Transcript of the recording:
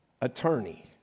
attorney